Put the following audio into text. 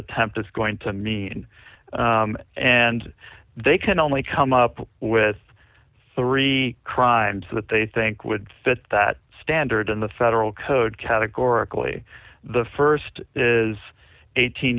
attempt is going to mean and they can only come up with three crimes that they think would fit that standard in the federal code categorically the st is eighteen